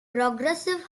progressive